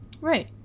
right